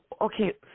Okay